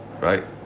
right